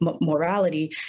morality